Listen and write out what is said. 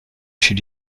should